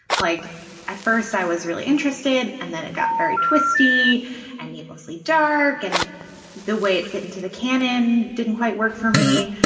like at first i was really interested and then it got very twisty and needlessly dark and the way it fit into the canon didn't quite work for me.